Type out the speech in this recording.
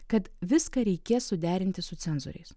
kad viską reikės suderinti su cenzoriais